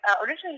originally